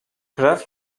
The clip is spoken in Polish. krew